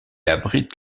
abrite